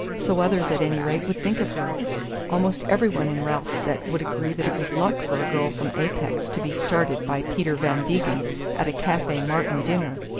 so others at any rate would think of her almost every one in ralph's set would agree that it was luck for a girl from apex to be started by peter van degen at a cafe martin dinner.